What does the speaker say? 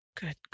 Good